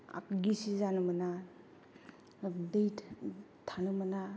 आ गिसि जानो मोना दै थानो मोना